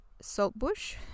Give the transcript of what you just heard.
saltbush